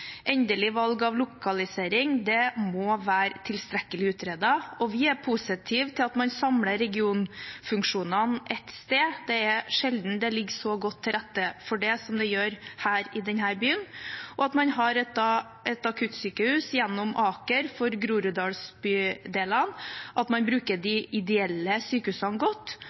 Endelig valg av lokalisering må være tilstrekkelig utredet, og vi er positive til at man samler regionfunksjonene ett sted – det er sjelden det ligger så godt til rette for det som det gjør her i denne byen – og at man gjennom Aker har et akuttsykehus for Groruddal-bydelene, at man bruker de ideelle sykehusene godt,